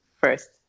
first